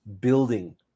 building